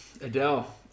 Adele